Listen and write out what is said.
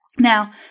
Now